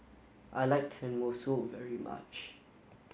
I like Tenmusu very much